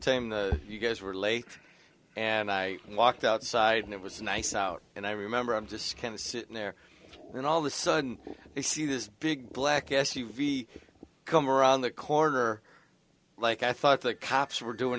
tame you guys were late and i walked outside and it was nice out and i remember i'm just kind of sitting there and all the sudden you see this big black s u v come around the corner like i thought the cops were doing